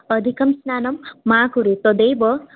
अधिकं स्नानं मा कुरु तदेव